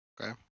Okay